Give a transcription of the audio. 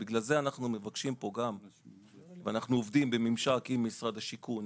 אנחנו עובדים בממשק עם משרד השיכון,